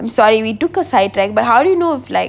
I'm sorry we took aside trying but how do you know if like